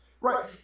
Right